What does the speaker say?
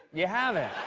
you haven't.